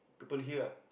people hear ah